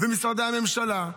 ומשרדי הממשלה,